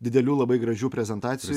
didelių labai gražių prezentacijųy